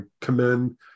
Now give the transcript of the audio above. commend